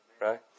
right